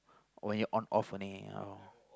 on your on off only oh